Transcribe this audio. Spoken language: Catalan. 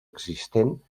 existent